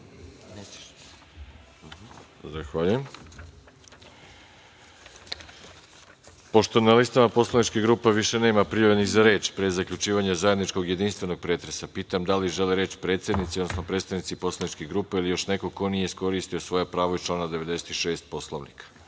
Zahvaljujem. Pošto na listama poslaničkih grupa više nema prijavljenih za reč, pre zaključivanja zajedničkog jedinstvenog pretresa, pitam, da li žele reč predsednici, odnosno predstavnici poslaničkih grupa ili još neko ko nije iskoristio svoje pravo iz člana 96. Poslovnika? Reč